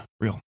Real